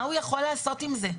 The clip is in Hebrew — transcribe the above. אבל מה הוא יכול לעשות עם זה?